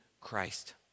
Christ